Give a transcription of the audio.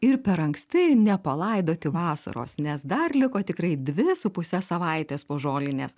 ir per anksti nepalaidoti vasaros nes dar liko tikrai dvi su puse savaitės po žolinės